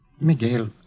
Miguel